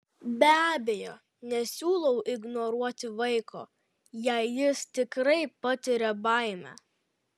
be abejo nesiūlau ignoruoti vaiko jei jis tikrai patiria baimę